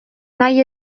nahi